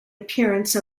appearance